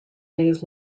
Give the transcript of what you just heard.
days